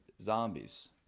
zombies